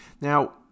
Now